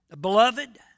Beloved